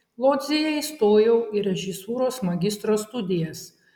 lodzėje įstojau į režisūros magistro studijas